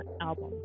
album